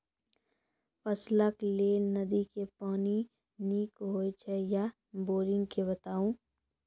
फसलक लेल नदी के पानि नीक हे छै या बोरिंग के बताऊ?